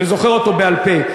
שאני זוכר אותו בעל-פה,